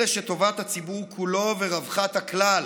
אלה שטובת הציבור כולו ורווחת הכלל,